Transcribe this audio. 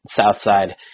Southside